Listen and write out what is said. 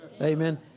Amen